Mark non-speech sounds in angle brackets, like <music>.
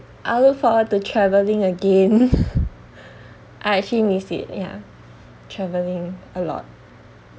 I look forward to travelling again <laughs> I actually miss it ya travelling a lot